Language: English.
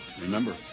Remember